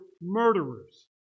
murderers